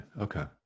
Okay